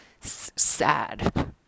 sad